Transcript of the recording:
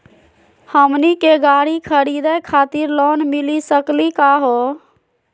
हमनी के गाड़ी खरीदै खातिर लोन मिली सकली का हो?